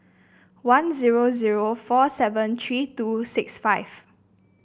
one zero zero four seven three two six five